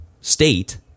state